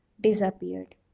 disappeared